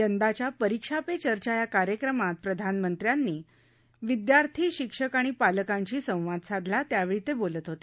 यंदाच्या परीक्षा पे चर्चा या कार्यक्रमात प्रधानमंत्र्यांनी विद्यार्थी शिक्षक आणि पालकांशी संवाद साधला त्यावेळी ते बोलत होते